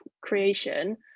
creation